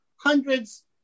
hundreds